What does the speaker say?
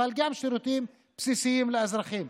וגם שירותים בסיסיים לאזרחים.